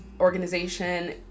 organization